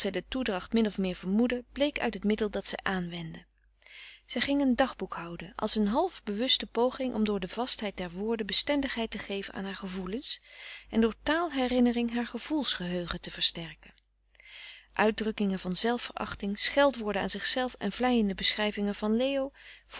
de toedracht min of meer vermoedde bleek uit het middel dat zij aanwendde zij ging een frederik van eeden van de koele meren des doods dagboek houden als een half bewuste poging om door de vastheid der woorden bestendigheid te geven aan haar gevoelens en door taal herinnering haar gevoels geheugen te versterken uitdrukkingen van zelf verachting scheldwoorden aan zichzelf en vleiende beschrijvingen van leo